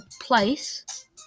place